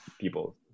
people